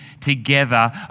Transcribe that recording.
together